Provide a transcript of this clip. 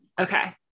Okay